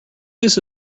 this